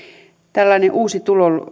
tällainen uusi